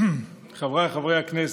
חבריי חברי הכנסת,